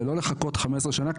ולא לחכות 15 שנה.